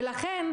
ולכן,